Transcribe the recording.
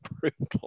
brutal